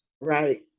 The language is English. right